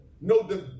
no